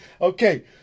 Okay